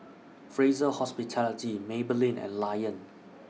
Fraser Hospitality Maybelline and Lion